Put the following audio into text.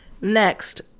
next